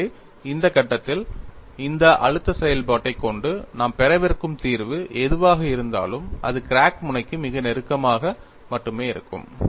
எனவே இந்த கட்டத்தில் இந்த அழுத்த செயல்பாட்டைக் கொண்டு நாம் பெறவிருக்கும் தீர்வு எதுவாக இருந்தாலும் அது கிராக் முனைக்கு மிக நெருக்கமாக மட்டுமே இருக்கும்